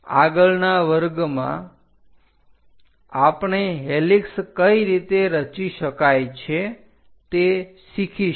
આગળના વર્ગમાં આપણે હેલિક્ષ કઈ રીતે રચી શકાય છે તે શીખીશું